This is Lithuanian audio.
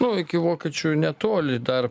o iki vokiečių netoli dar